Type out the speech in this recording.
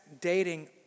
dating